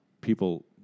people